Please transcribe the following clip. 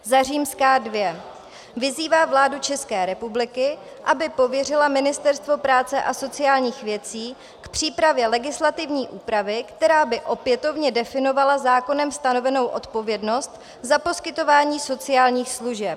II. vyzývá vládu České republiky, aby pověřila Ministerstvo práce a sociálních věcí k přípravě legislativní úpravy, která by opětovně definovala zákonem stanovenou odpovědnost za poskytování sociálních služeb;